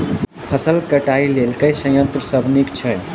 फसल कटाई लेल केँ संयंत्र सब नीक छै?